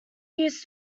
use